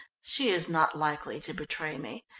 she is not likely to betray me,